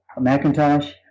Macintosh